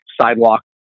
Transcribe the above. sidewalk